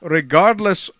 regardless